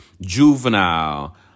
Juvenile